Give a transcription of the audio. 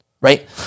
Right